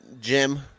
Jim